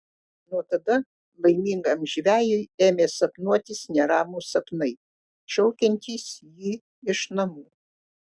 nuo tada laimingam žvejui ėmė sapnuotis neramūs sapnai šaukiantys jį iš namų